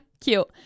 Cute